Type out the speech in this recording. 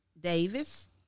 Davis